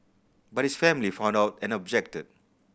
but his family found out and objected